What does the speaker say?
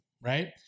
right